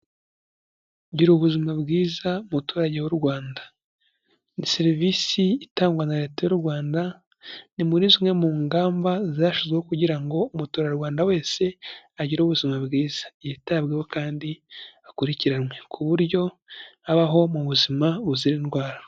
Gira ubuzima bwiza muturage w'u Rwanda. Ni serivisi itangwa na leta y'u Rwanda, ni muri zimwe mu ngamba zashyizweho kugira ngo Umuturarwanda wese agire ubuzima bwiza, yitabweho kandi akurikiranwe ku buryo abaho mu buzima buzira indwara.